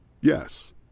Yes